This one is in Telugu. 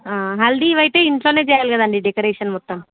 హల్దీవి అయితే ఇంట్లో చేయాలి కదా అండి డెకరేషన్ మొత్తం